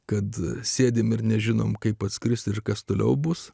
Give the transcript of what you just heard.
kad sėdime ir nežinome kaip atskris ir kas toliau bus